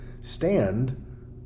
stand